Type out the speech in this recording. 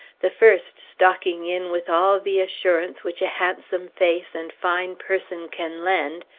the first stalking in with all the assurance which a handsome face and fine person can lend,